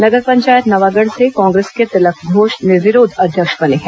नगर पंचायत नवागढ़ से कांग्रेस के तिलक घोष निर्विरोध अध्यक्ष बने हैं